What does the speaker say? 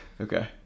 Okay